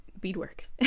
beadwork